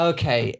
Okay